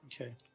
Okay